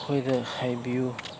ꯃꯈꯣꯏꯗ ꯍꯥꯏꯕꯤꯎ